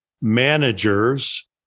managers